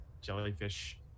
jellyfish